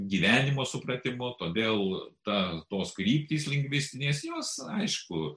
gyvenimo supratimu todėl ta tos kryptys lingvistinės jos aišku